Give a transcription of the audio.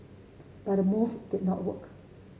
but the move did not work